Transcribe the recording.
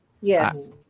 Yes